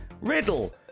Riddle